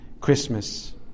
Christmas